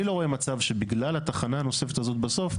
אני לא רואה מצב שבגלל התחנה הנוספת הזאת בסוף,